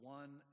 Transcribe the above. one